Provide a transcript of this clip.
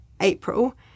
April